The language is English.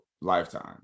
lifetime